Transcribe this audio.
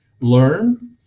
learn